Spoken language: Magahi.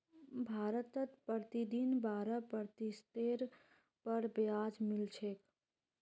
भारतत प्रतिदिन बारह प्रतिशतेर पर ब्याज मिल छेक